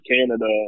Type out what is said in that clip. Canada